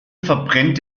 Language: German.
verbrennt